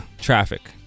traffic